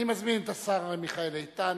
אני מזמין את השר מיכאל איתן,